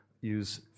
use